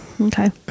Okay